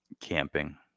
camping